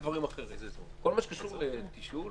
ואני חושבת שחברי הכנסת אולי יסכימו עם הגישה שלנו,